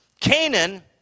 Canaan